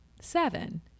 seven